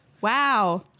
wow